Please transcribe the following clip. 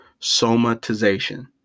somatization